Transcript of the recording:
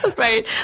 Right